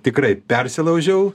tikrai persilaužiau